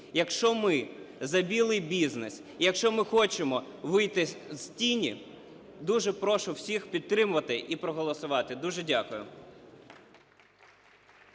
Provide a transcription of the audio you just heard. якщо ми за "білий" бізнес, якщо ми хочемо вийти з тіні, дуже прошу всіх підтримати і проголосувати. Дуже дякую.